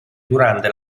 durante